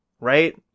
right